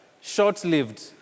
short-lived